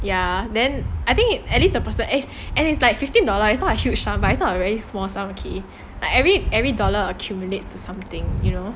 ya then I think it at least the person it's like fifteen dollars is not a huge sum but it's not a very small sum okay like every every dollar accumulate to something you know